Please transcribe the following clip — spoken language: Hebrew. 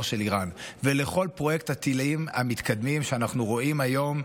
של איראן ולכל פרויקט הטילים המתקדמים שאנחנו רואים היום,